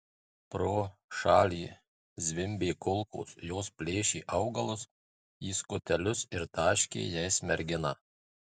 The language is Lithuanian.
pro šalį zvimbė kulkos jos plėšė augalus į skutelius ir taškė jais merginą